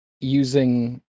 using